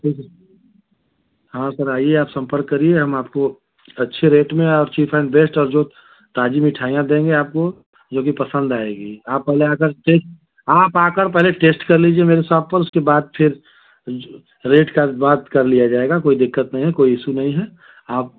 ठीक है हाँ सर आइए आप सम्पर्क करिए हम आपको अच्छे रेट में और चीफ एंड बेस्ट और जो ताज़ी मिठाइयाँ देंगे आपको जो भी पसंद आएगी आप पहले आकर टेस्ट आप आकर पहले टेस्ट कर लीजिए मेरे शॉप पर उसके बाद फिर जो रेट का बात कर लिया जाएगा कोई दिक़्क़त नहीं है कोई इशू नहीं है आप